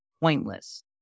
pointless